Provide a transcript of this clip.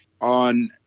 On